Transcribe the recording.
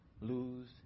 lose